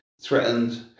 threatened